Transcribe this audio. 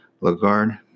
Lagarde